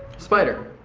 spider.